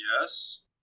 yes